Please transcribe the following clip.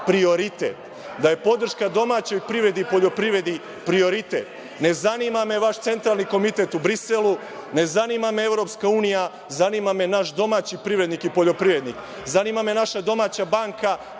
prioritet, da je podrška domaćoj privredi, poljoprivredi prioritet. Ne zanima me vaš Centralni komitet u Briselu. Ne zanima me EU. Zanima me naš domaći privrednik i poljoprivrednik. Zanima me naša domaća banka